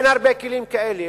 אין הרבה כלים כאלה.